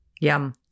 Yum